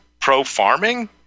pro-farming